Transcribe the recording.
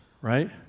right